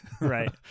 right